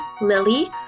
Lily